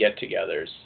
get-togethers